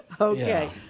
Okay